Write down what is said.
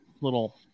little